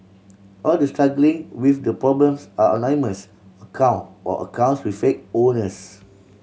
all the struggling with the problems ah anonymous account or accounts with fake owners